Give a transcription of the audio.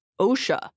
Osha